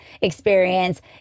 experience